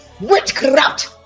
witchcraft